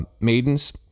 maidens